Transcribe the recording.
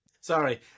Sorry